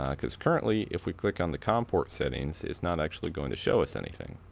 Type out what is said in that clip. um cause currently if we click on the comport settings it's not actually going to show us anything.